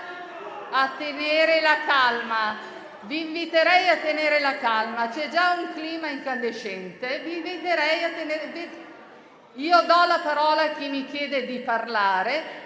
finestra"). Colleghi, vi inviterei a tenere la calma. C'è già un clima incandescente. Io do la parola a chi mi chiede di parlare.